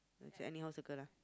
just anyhow circle lah